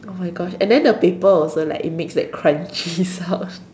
!oh-my-gosh! and then the paper also like it makes the crunchy sound